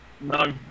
no